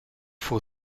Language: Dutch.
voor